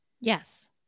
Yes